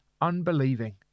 unbelieving